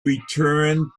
returned